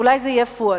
אולי זה יהיה פואד,